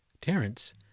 Terence